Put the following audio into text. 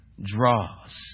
draws